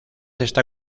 está